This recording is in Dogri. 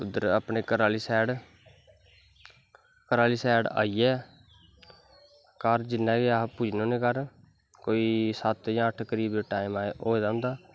उद्दर अपनें घर आह्ली साईड़ घर आह्ली सैड़ आईयै घर जिन्ना बी अस पुज्जने होने घर कोई सत्त जां अट्ठ करीब टाईम होए दा होंदा